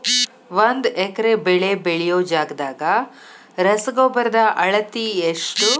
ಒಂದ್ ಎಕರೆ ಬೆಳೆ ಬೆಳಿಯೋ ಜಗದಾಗ ರಸಗೊಬ್ಬರದ ಅಳತಿ ಎಷ್ಟು?